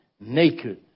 naked